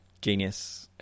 Genius